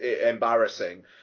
embarrassing